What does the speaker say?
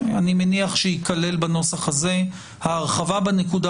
אני מניח שתיכלל בנוסח הזה ההרחבה בנקודה